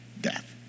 death